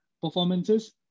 performances